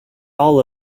all